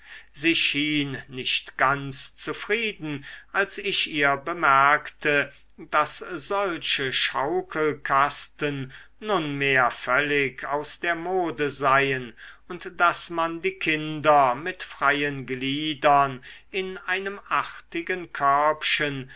sie schien nicht ganz zufrieden als ich ihr bemerkte daß solche schaukelkasten nunmehr völlig aus der mode seien und daß man die kinder mit freien gliedern in einem artigen körbchen